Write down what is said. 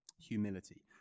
Humility